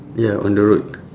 ya on the road